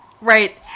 right